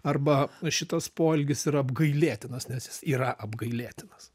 arba šitas poelgis yra apgailėtinas nes jis yra apgailėtinas